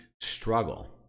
struggle